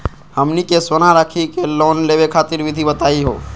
हमनी के सोना रखी के लोन लेवे खातीर विधि बताही हो?